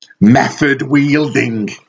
method-wielding